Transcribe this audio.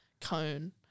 cone